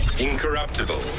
incorruptible